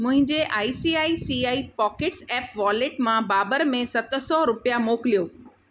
मुंहिंजे I C I C I pockets app wallet मां बाबर में सत सौ रुपिया मोकिलियो